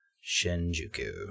Shinjuku